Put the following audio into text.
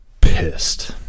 pissed